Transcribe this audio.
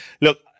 Look